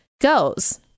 goes